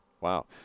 wow